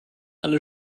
alle